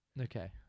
Okay